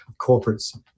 corporates